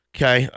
Okay